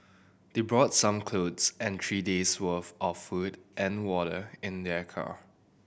they brought some clothes and three days' worth of food and water in their car